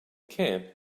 camp